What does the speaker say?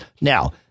Now